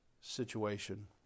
situation